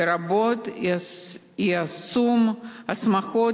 לרבות יישום הסמכות